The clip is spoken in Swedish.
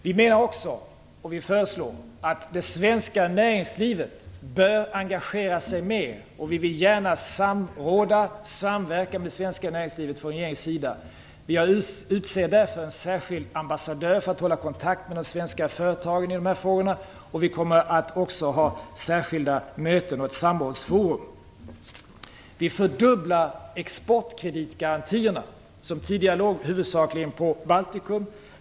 Vi föreslår också att det svenska näringslivet bör engagera sig mer. Regeringen vill gärna samråda och samverka med det svenska näringslivet. Vi utser därför en särskild ambassadör för att hålla kontakt med de svenska företagen i dessa frågor. Vi kommer också att ha särskilda möten och ett samrådsforum. Vi fördubblar exportkreditgarantierna som tidigare huvudsakligen gick till Baltikum.